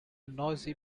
noisy